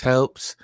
Helps